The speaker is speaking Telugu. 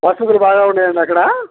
వసతులు బాగా ఉన్నాయండి అక్కడ